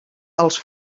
els